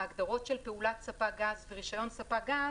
ההגדרות של "פעולת ספק גז" ו"רישיון ספק גז"